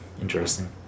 Interesting